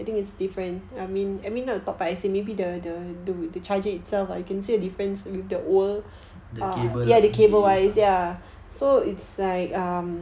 the cable lah